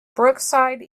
brookside